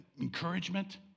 encouragement